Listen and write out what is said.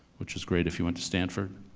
which is great if you went to stanford.